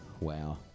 Wow